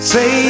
Say